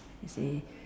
you see